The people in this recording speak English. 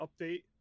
update